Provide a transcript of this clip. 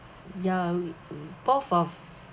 ya we we both of